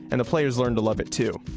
and the players learned to love it too.